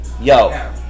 yo